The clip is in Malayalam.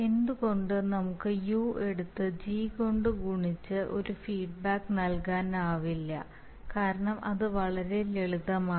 എന്തുകൊണ്ട് നമുക്ക് u എടുത്ത് G കൊണ്ട് ഗുണിച്ച് ഒരു ഫീഡ്ബാക്ക് നൽകാനാവില്ല കാരണം അത് വളരെ ലളിതമാണ്